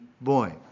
boy